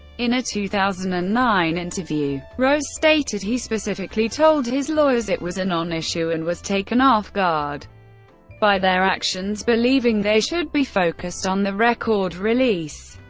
in a two thousand and nine interview, rose stated he specifically told his lawyers it was a non-issue and was taken off-guard by their actions, believing they should be focused on the record release.